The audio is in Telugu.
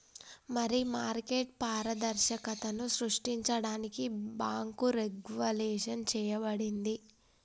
మరి మార్కెట్ పారదర్శకతను సృష్టించడానికి బాంకు రెగ్వులేషన్ చేయబడింది